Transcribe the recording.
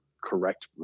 correct